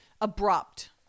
abrupt